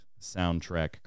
soundtrack